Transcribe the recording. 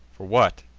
for what,